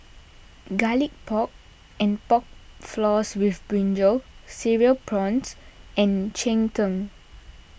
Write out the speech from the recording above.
Garlic Pork and Pork Floss with Brinjal Cereal Prawns and Cheng Tng